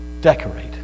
decorate